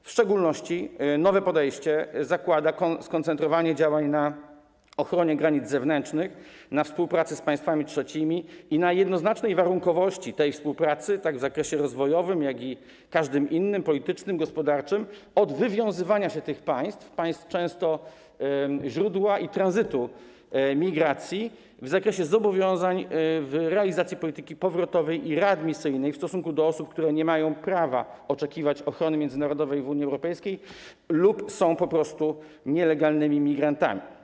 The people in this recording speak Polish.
W szczególności nowe podejście zakłada skoncentrowanie działań na ochronie granic zewnętrznych, na współpracy z państwami trzecimi i na jednoznacznej warunkowości tej współpracy tak w zakresie rozwojowym, jak i w każdym innym, politycznym, gospodarczym, jeżeli chodzi o wywiązywanie się tych państw, często państw źródła i tranzytu migracji, w zakresie zobowiązań w realizacji polityki powrotowej i polityki readmisyjnej w stosunku do osób, które nie mają prawa oczekiwać ochrony międzynarodowej w Unii Europejskiej lub po prostu są nielegalnymi migrantami.